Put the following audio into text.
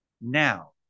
now